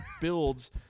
builds